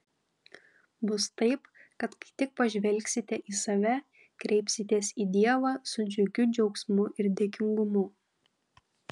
bus taip kad kai tik pažvelgsite į save kreipsitės į dievą su džiugiu džiaugsmu ir dėkingumu